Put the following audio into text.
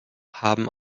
haben